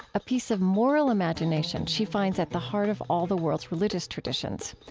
a piece of moral imagination she finds at the heart of all the world's religious traditions.